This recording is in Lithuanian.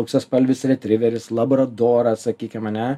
auksaspalvis retriveris labradoras sakykim ar ne